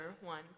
one